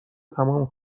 تموم